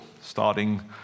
starting